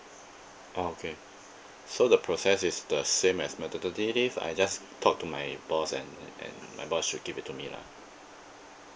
oh okay so the process is the same as maternity leave I just talk to my boss and and my boss should give it to me lah